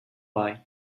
why